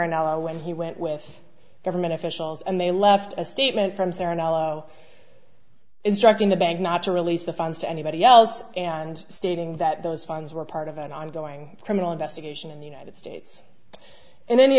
sarah when he went with government officials and they left a statement from sarah instructing the bank not to release the funds to anybody else and stating that those funds were part of an ongoing criminal investigation in the united states in any